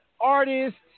artists